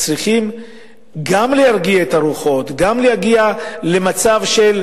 צריכים גם להרגיע את הרוחות וגם להגיע למצב של